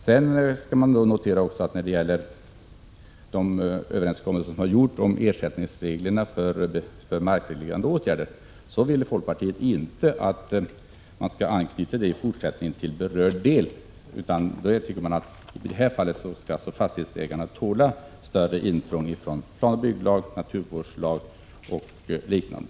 Sedan skall vi också notera att när det gäller de överenskommelser som har gjorts om ersättningsreglerna för markreglerande åtgärder, så ville folkpartiet inte att man i fortsättningen skall anknyta detta till berörd del, utan folkpartiet tycker att i det fallet skall fastighetsägarna tåla större intrång från planoch bygglag, naturvårdslag och liknande.